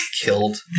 killed